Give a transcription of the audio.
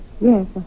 Yes